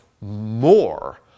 more